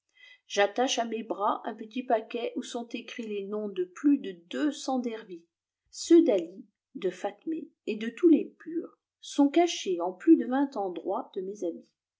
j'attetçhe à plçft bras un petit paquet où sont écrits les aoms de plus de dwx cents dervis ceux d'hali de fatmé et de tous les mjrs soj cachés en plus de vingt endroits de mes habits